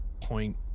point